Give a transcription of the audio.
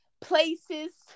places